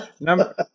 Number